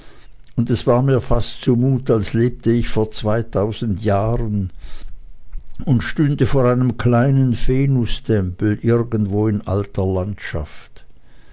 und es war mir fast zu mut als lebte ich vor zweitausend jahren und stünde vor einem kleinen venustempel irgendwo in alter landschaft